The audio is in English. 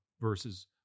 versus